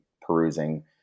perusing